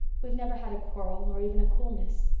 we've never had a quarrel nor even a coolness.